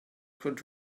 could